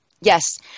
Yes